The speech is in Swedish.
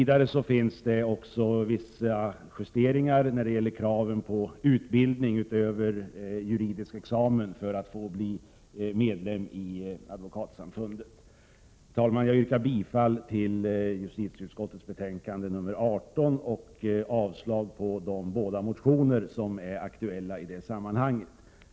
Det finns också vissa justeringar när det gäller kraven på utbildning utöver juridisk examen för att få bli medlem av Advokatsamfundet. Herr talman! Jag yrkar bifall till justitieutskottets hemställan i betänkande nr 18 och avslag på de båda motioner som är aktuella i det sammanhanget.